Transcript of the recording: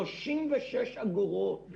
אם